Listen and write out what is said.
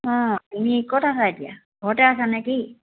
অঁ এনে ক'ত আছা এতিয়া ঘৰতে আছো নেকি